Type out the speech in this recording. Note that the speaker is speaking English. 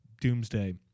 doomsday